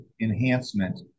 enhancement